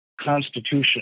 constitution